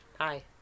Hi